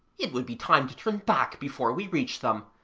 it would be time to turn back before we reach them,